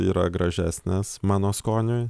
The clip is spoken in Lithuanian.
yra gražesnės mano skoniui